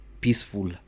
peaceful